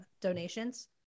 donations